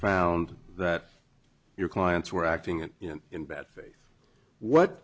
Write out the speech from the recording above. found that your clients were acting in bad faith what